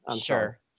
Sure